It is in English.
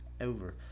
over